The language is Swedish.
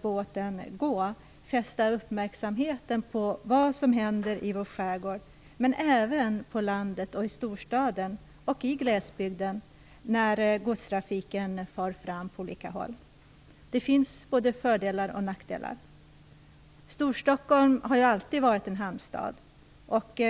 frågan vill jag fästa uppmärksamheten på vad som händer i vår skärgård men även på vad som händer på landet och i storstaden, liksom i glesbygden, när godstrafiken far fram på olika håll. Det finns både fördelar och nackdelar. Storstockholm har alltid varit en hamnstad.